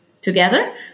together